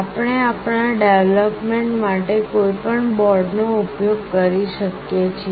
આપણે આપણા ડેવલપમેન્ટ માટે કોઈપણ બોર્ડનો ઉપયોગ કરી શકીએ છીએ